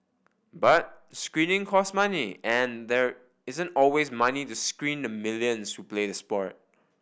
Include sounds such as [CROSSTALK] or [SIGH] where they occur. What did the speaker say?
but screening costs money and there isn't always money to screen the millions [UNINTELLIGIBLE] play sport